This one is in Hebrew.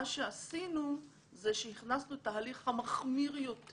מה שעשינו הוא שהכנסנו את ההליך המחמיר יותר